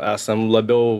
esam labiau